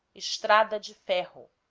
estrada de ferro